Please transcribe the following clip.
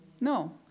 No